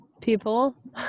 people